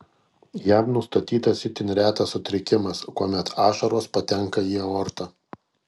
jam nustatytas itin retas sutrikimas kuomet ašaros patenka į aortą